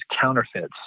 counterfeits